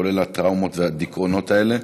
כולל הטראומות והדיכאונות האלה.